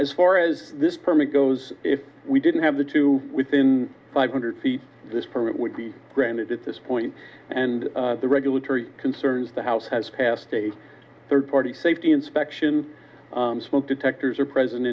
as far as this permit goes if we didn't have the two within five hundred feet this permit would be granted at this point and the regulatory concerns the house has passed a third party safety inspection smoke detectors are present